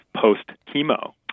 post-chemo